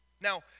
Now